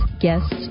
guests